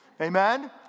Amen